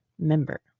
member